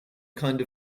kind